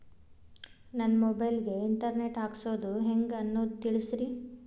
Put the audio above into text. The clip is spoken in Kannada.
ನನ್ನ ಮೊಬೈಲ್ ಗೆ ಇಂಟರ್ ನೆಟ್ ಹಾಕ್ಸೋದು ಹೆಂಗ್ ಅನ್ನೋದು ತಿಳಸ್ರಿ